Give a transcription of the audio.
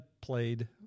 played